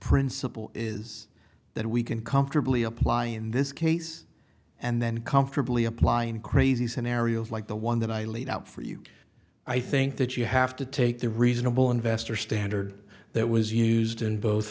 principle is that we can comfortably apply in this case and then comfortably apply in crazy scenarios like the one that i laid out for you i think that you have to take the reasonable investor standard that was used in both